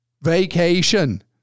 vacation